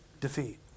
defeat